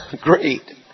Great